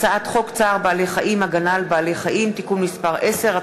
הצעת חוק צער בעלי-חיים (הגנה על בעלי-חיים) (תיקון מס' 10),